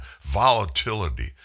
volatility